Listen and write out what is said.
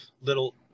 little